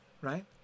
right